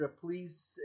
please